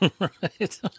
Right